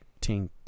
tink